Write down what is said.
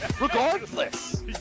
Regardless